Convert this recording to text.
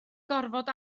gorfod